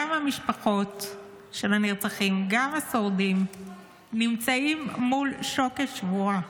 גם המשפחות של הנרצחים וגם השורדים נמצאים מול שוקת שבורה.